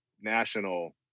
national